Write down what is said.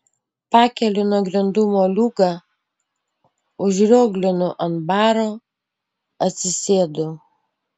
pakeliu nuo grindų moliūgą užrioglinu ant baro atsisėdu